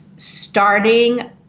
starting